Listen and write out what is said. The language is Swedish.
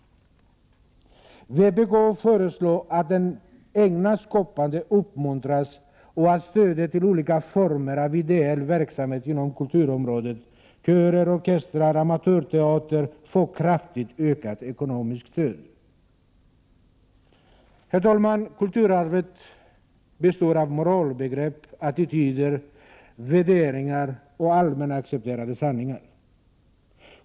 Vpk föreslår att det egna skapandet uppmuntras och att stödet till olika former av ideell verksamhet inom kulturområdet, körer, orkestrar, amatörteater, osv., får kraftigt ökat ekonomiskt stöd. Herr talman! Kulturarvet består av moralbegrepp, attityder, värderingar och allmänt accepterade sanningar.